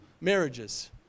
marriages